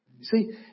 See